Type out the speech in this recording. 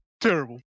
Terrible